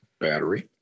battery